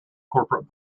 corporate